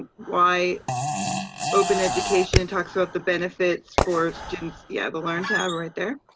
why open education and talks about the benefits for students, yeah the learn tab right there.